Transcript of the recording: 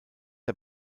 der